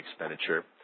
expenditure